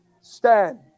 stand